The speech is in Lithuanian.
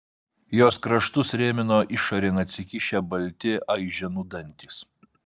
jos kraštus rėmino išorėn atsikišę balti aiženų dantys